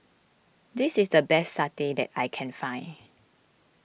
this is the best Satay that I can find